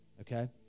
okay